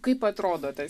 kaip atrodo tas